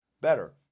better